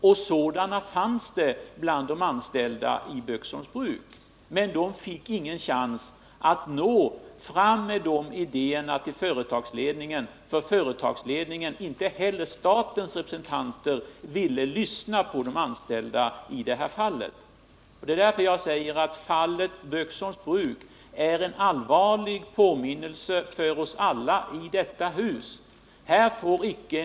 Det fanns idéer också bland de anställda vid Böksholms bruk, men de fick ingen chans att nå fram med dem till företagsledningen, eftersom varken denna eller statens representanter ville lyssna på vad personalen hade att säga. Jag menar därför att fallet Böksholms bruk är en allvarlig tankeställare för oss alla i det här huset.